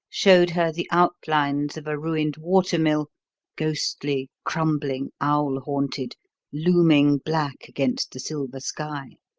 showed her the outlines of a ruined watermill ghostly, crumbling, owl-haunted looming black against the silver sky.